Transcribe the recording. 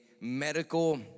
medical